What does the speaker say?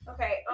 Okay